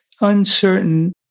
uncertain